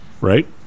right